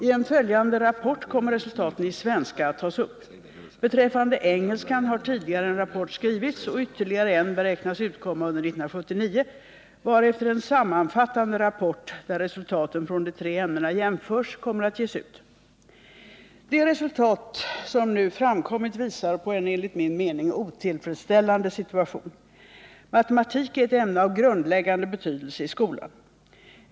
I en följande rapport kommer resultaten i svenska att tas upp. Beträffande engelskan har tidigare en rapport skrivits och ytterligare en beräknas utkomma under 1979, varefter en sammanfattande rapport, där resultaten från de tre ämnena jämförs, kommer att ges ut. De resultat som nu framkommit visar på en, enligt min mening, otillfredsställande situation. Matematik är ett ämne av grundläggande betydelse i skolan.